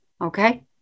Okay